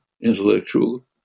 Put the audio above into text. intellectual